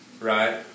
Right